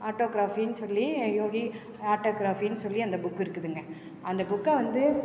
ஆட்டோகிராஃபினு சொல்லி யோகி ஆட்டோகிராஃபினு சொல்லி அந்த புக்கு இருக்குதுங்க அந்த புக்கை வந்து